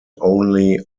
only